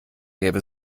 gäbe